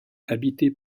habités